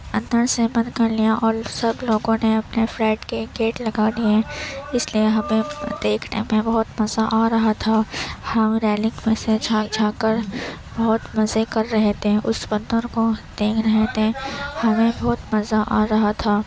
اندر سے بند کر لیا اور سب لوگوں نے اپنے فلیٹ کے گیٹ لگا دیے اس لیے ہمیں دیکھنے میں بہت مزہ آ رہا تھا ہم ریلنگ میں سے جھانک جھانک کر بہت مزے کر رہے تھے اس بندر کو دیکھ رہے تھے ہمیں بہت مزہ آ رہا تھا